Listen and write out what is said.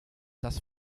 das